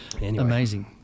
Amazing